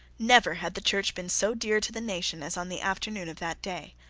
never had the church been so dear to the nation as on the afternoon of that day.